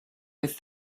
with